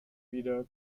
wieder